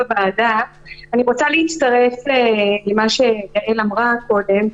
שלום, להצטרף למה שגאל אמרה קודם.